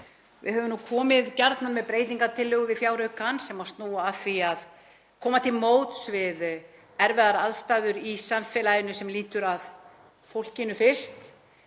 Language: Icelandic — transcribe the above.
Við höfum gjarnan komið með breytingartillögur við fjáraukann sem snúa að því að koma til móts við erfiðar aðstæður í samfélaginu og lúta að fólkinu fyrst.